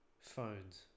phones